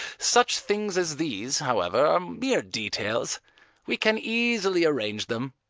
such things as these, however, are mere details we can easily arrange them.